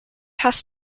has